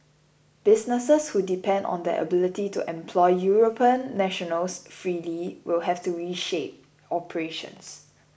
businesses who depend on their ability to employ European nationals freely will have to reshape operations